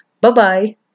Bye-bye